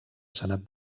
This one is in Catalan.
senat